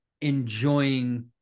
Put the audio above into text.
enjoying